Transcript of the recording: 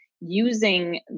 using